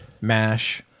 mash